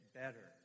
better